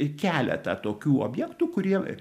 keletą tokių objektų kurie